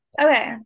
Okay